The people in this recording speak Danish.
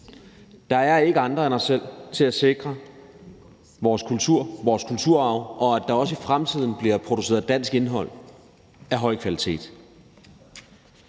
Der er ikke andre end os selv til at sikre vores kultur og vores kulturarv, og at der også i fremtiden bliver produceret dansk indhold af høj kvalitet.